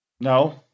No